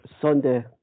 Sunday